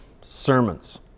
sermons